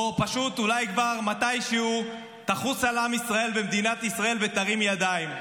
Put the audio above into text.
או פשוט אולי כבר מתישהו תחוס על עם ישראל ומדינת ישראל ותרים ידיים?